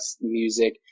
music